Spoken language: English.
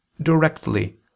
directly